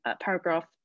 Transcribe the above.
paragraph